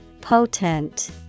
Potent